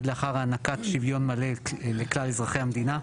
לאחר הענקת שוויון מלא לכלל אזרחי המדינה.